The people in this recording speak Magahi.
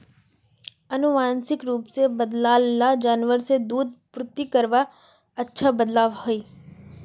आनुवांशिक रूप से बद्लाल ला जानवर से दूध पूर्ति करवात अच्छा बदलाव होइए